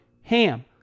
HAM